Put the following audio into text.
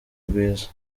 rwiza